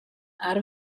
out